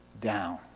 down